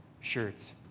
Shirts